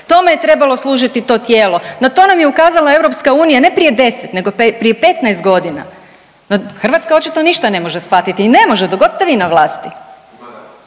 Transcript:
tome je trebalo služiti to tijelo. No, to nam je ukazala Europska unija ne prije 10, nego prije 15 godina. No, Hrvatska očito ništa ne može shvatiti i ne može dok god ste vi na vlasti.